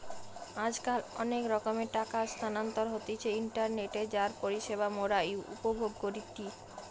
আজকাল অনেক রকমের টাকা স্থানান্তর হতিছে ইন্টারনেটে যার পরিষেবা মোরা উপভোগ করিটি